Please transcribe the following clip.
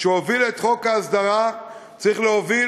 שהוביל את חוק ההסדרה צריך להוביל,